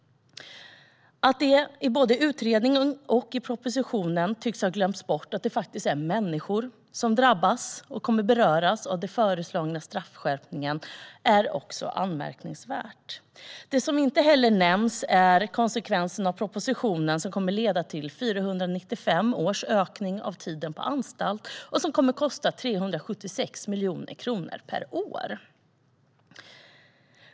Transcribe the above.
Att det både i utredningen och i propositionen tycks ha glömts bort att det faktiskt är människor som kommer att drabbas och beröras av den föreslagna straffskärpningen är också anmärkningsvärt. Det som inte heller nämns är konsekvenserna av propositionen, som kommer att leda till en årlig ökning av strafftiderna på anstalt med 495 år och som kommer att kosta 376 miljoner kronor per år.